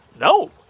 no